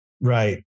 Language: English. Right